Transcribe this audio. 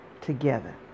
together